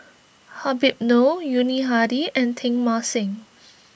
Habib Noh Yuni Hadi and Teng Mah Seng